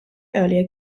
earlier